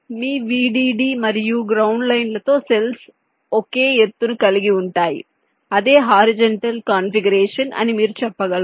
మీ VDD మరియు ground లైన్లతో cells ఒకే ఎత్తును కలిగి ఉంటాయి అదే హారిజంటల్ కాన్ఫిగరేషన్ అని మీరు చెప్పగలరు